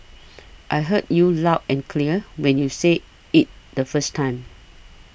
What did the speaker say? I heard you loud and clear when you said it the first time